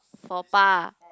faux pas